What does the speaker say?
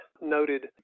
noted